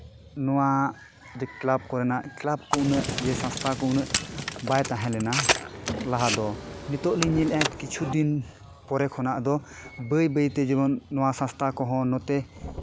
ᱱᱚᱣᱟ ᱡᱮ ᱠᱞᱟᱵᱽ ᱠᱚᱨᱮᱱᱟᱜ ᱠᱞᱟᱵᱽ ᱠᱚ ᱩᱱᱟᱹᱜ ᱡᱮ ᱥᱚᱝᱥᱛᱷᱟ ᱠᱚ ᱩᱱᱟᱹᱜ ᱵᱟᱭ ᱛᱟᱦᱮᱸ ᱞᱮᱱᱟ ᱞᱟᱦᱟ ᱫᱚ ᱱᱤᱛᱚᱜ ᱞᱤᱧ ᱧᱮᱞᱮᱜᱼᱟ ᱠᱤᱪᱷᱩ ᱫᱤᱱ ᱯᱚᱨᱮ ᱠᱷᱚᱱᱟᱜ ᱫᱚ ᱵᱟᱹᱭ ᱵᱟᱹᱭᱛᱮ ᱡᱮᱢᱚᱱ ᱱᱚᱣᱟ ᱥᱚᱝᱥᱛᱷᱟ ᱠᱚᱦᱚᱸ ᱱᱚᱛᱮ